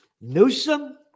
Newsom